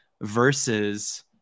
versus